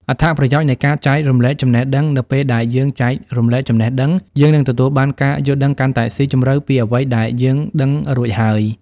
អត្ថប្រយោជន៍នៃការចែករំលែកចំណេះដឹងនៅពេលដែលយើងចែករំលែកចំណេះដឹង យើងនឹងទទួលបានការយល់ដឹងកាន់តែស៊ីជម្រៅពីអ្វីដែលយើងដឹងរួចហើយ។